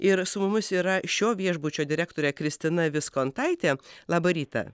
ir su mumis yra šio viešbučio direktorė kristina viskontaitė labą rytą